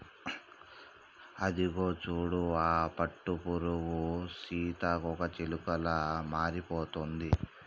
అదిగో చూడు ఆ పట్టుపురుగు సీతాకోకచిలుకలా మారిపోతుంది